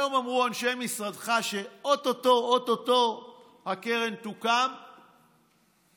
היום אמרו אנשי משרדך שאו-טו-טו או-טו-טו הקרן תוקם,